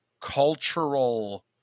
cultural